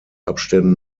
abständen